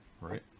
right